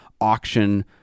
auction